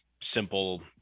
simple